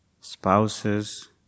spouses